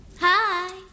Hi